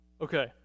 Okay